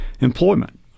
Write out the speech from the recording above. employment